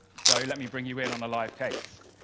so let me bring you in on a live case.